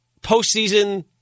postseason